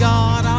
God